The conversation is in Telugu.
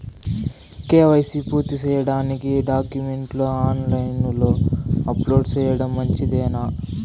కే.వై.సి పూర్తి సేయడానికి డాక్యుమెంట్లు ని ఆన్ లైను లో అప్లోడ్ సేయడం మంచిదేనా?